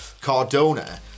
Cardona